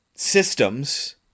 systems